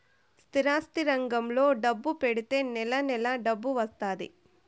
స్థిరాస్తి రంగంలో డబ్బు పెడితే నెల నెలా డబ్బు వత్తాది